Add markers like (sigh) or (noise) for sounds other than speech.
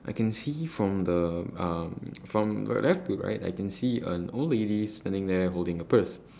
I can see from the um (noise) from left to right I can see an old lady standing there holding a purse (breath)